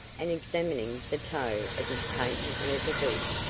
and examining the toe of his patent leather boot.